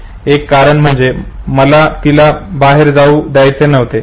" एक कारण म्हणजे मला तिला बाहेर जाऊ द्यायचे नव्हते